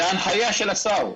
זאת הנחיה של השר.